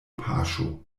paŝo